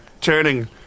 turning